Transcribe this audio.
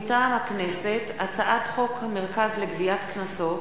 מטעם הכנסת: הצעת חוק המרכז לגביית קנסות,